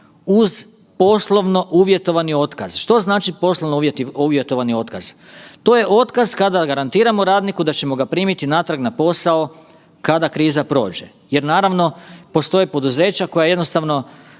uz poslovno uvjetovani otkaz. Što znači poslovno uvjetovani otkaz? To je otkaz kada garantiramo radniku da ćemo ga primiti natrag na posao kada kriza prođe jer naravno postoje poduzeća koje jednostavno